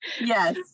yes